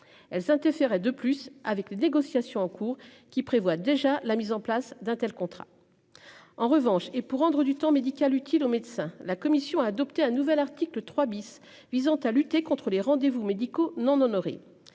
Elles ont été faire et de plus avec les négociations en cours qui prévoit déjà la mise en place d'un tel contrat. En revanche et pour rendre du temps médical utile aux médecin. La commission a adopté un nouvel article 3 bis visant à lutter contres les rendez-vous médicaux non honorés